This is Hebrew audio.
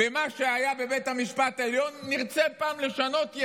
ומה שהיה בבית המשפט העליון, נרצה פעם לשנות?